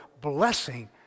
blessing